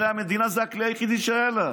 הרי זה הכלי היחידי שהיה למדינה,